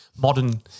modern